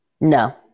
no